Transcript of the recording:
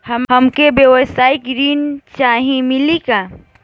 हमका व्यवसाय ऋण चाही मिली का?